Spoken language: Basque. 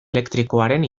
elektrikoaren